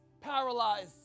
paralyzed